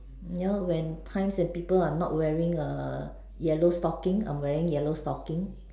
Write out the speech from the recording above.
you know when times when people are not wearing err yellow stockings I'm wearing stockings